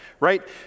right